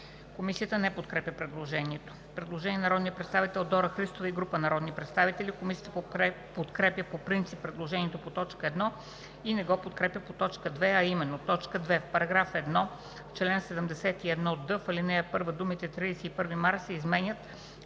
Комисията не подкрепя предложението. Предложение на народния представител Дора Христова и група народни представители. Комисията подкрепя по принцип предложението по т. 1 и не го подкрепя по т. 2, а именно: „2. В параграф 1, в чл. 71д, в ал. 1 думите „31 март“ се изменят